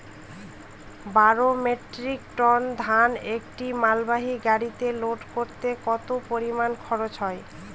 বারো metric tonne ধান একটি মালবাহী গাড়িতে লোড করতে কতো পরিমাণ খরচা হয়?